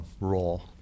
role